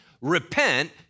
Repent